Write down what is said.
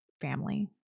family